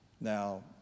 now